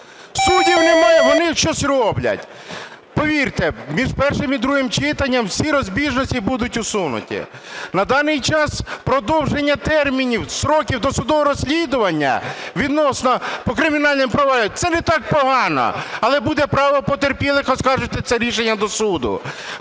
суддів немає, вони щось роблять. Повірте, між першим і другим читанням всі розбіжності будуть усунуті. На даний час продовження термінів, строків досудового розслідування по кримінальним провадженням – це не так погано. Але буде право потерпілих оскаржити це рішення до суду.